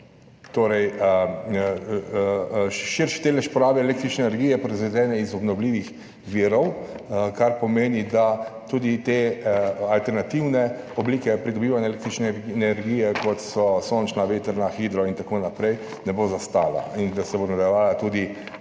širši delež porabe električne energije, proizvedene iz obnovljivih virov, kar pomeni, da tudi alternativna oblika pridobivanja električne energije, kot so sončna, vetrna, hidro in tako naprej, ne bo zastala in se bo nadaljevala tudi